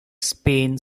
spain